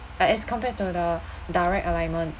as compared to the direct alignment